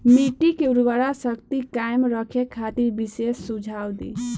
मिट्टी के उर्वरा शक्ति कायम रखे खातिर विशेष सुझाव दी?